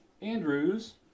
Andrews